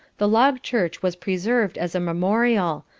the log church was preserved as a memorial,